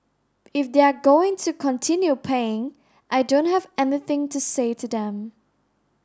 if they're going to continue paying I don't have anything to say to them